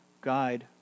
guide